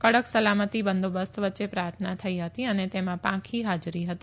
કડક સલામતી બંદોબસ્ત વચ્ચે પ્રાર્થના થઈ હતી અને તેમાં પાંખી હાજરી હતી